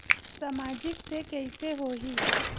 सामाजिक से कइसे होही?